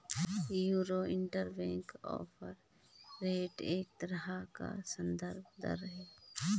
euro interbank offer rate एक तरह का सन्दर्भ दर है